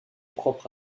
propre